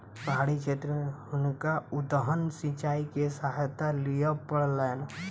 पहाड़ी क्षेत्र में हुनका उद्वहन सिचाई के सहायता लिअ पड़लैन